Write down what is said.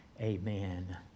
Amen